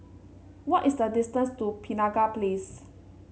what is the distance to Penaga Place